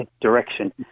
direction